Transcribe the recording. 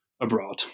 abroad